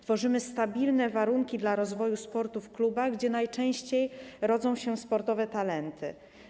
Tworzymy stabilne warunki dla rozwoju sportu w klubach, gdzie najczęściej rodzą się sportowe talenty.